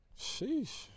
Sheesh